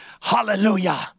Hallelujah